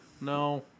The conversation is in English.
No